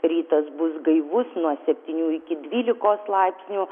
rytas bus gaivus nuo septynių iki dvylikos laipsnių